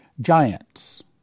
giants